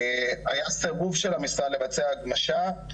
היה סירוב של המשרד לבצע הגמשה,